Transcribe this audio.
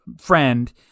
friend